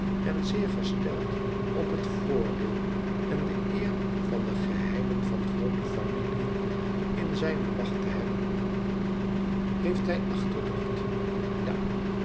en zeer gesteld op het voordeel en de eer van de geheimen van groote familiën in zijne macht te hebben heeft hij achterdocht ja